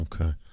okay